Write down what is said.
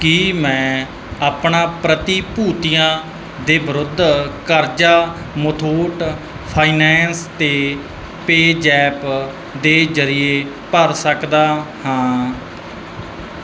ਕੀ ਮੈਂ ਆਪਣਾ ਪ੍ਰਤੀਭੂਤੀਆਂ ਦੇ ਵਿਰੁੱਧ ਕਰਜ਼ਾ ਮੁਥੂਟ ਫਾਈਨੈਂਸ 'ਤੇ ਪੇ ਜੈਪ ਦੇ ਜਰੀਏ ਭਰ ਸਕਦਾ ਹਾਂ